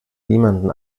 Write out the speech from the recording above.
niemanden